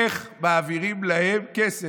איך מעבירים להם כסף.